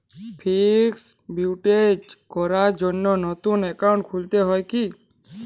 Fix deposit করার জন্য নতুন অ্যাকাউন্ট খুলতে হয় কী?